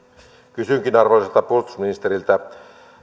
kysynkin arvoisalta puolustusministeriltä